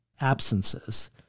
absences